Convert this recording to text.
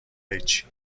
هیچی